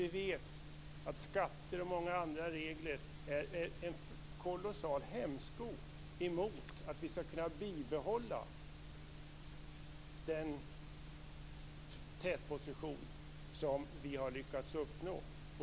Vi vet att skatter och många andra regler är en kolossal hämsko mot att kunna bibehålla den tätposition vi har lyckats uppnå.